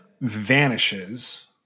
vanishes